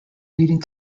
leading